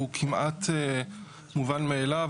הוא כמעט מובן מאליו,